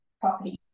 property